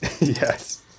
Yes